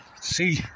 See